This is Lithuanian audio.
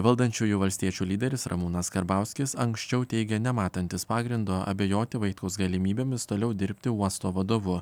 valdančiųjų valstiečių lyderis ramūnas karbauskis anksčiau teigė nematantis pagrindo abejoti vaitkaus galimybėmis toliau dirbti uosto vadovu